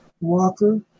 Walker